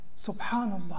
Subhanallah